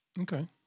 Okay